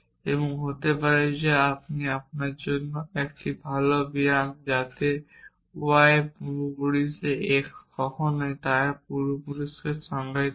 এবং হতে পারে যে আপনার জন্য একটি ভাল ব্যায়াম যাতে y এর পূর্বপুরুষে x কখন হয় তার পূর্বপুরুষকে সংজ্ঞায়িত করা